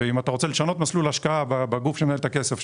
אם אתה רוצה לשנות מסלול השקעה בגוף שמנהל את הכסף או